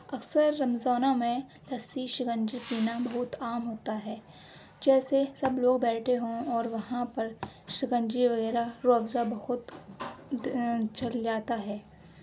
اکثر رمضانوں میں لسی شکنجی پینا بہت عام ہوتا ہے جیسے سب لوگ بیٹھے ہوں اور وہاں پر شکنجی وغیرہ روح افزا بہت چل جاتا ہے